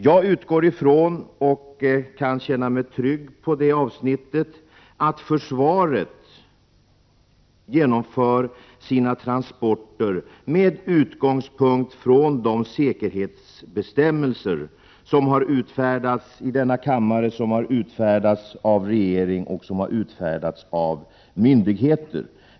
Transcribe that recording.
Jag utgår från — och jag kan känna mig trygg i det avsnittet — att försvaret genomför sina transporter med utgångspunkt i de säkerhetsbestämmelser som har utfärdats i denna kammare, av regeringen och av myndigheter.